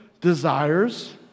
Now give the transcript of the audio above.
desires